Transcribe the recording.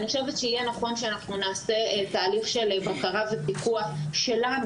אני חושבת שיהיה נכון שאנחנו נעשה תהליך של בקרה ופיקוח שלנו,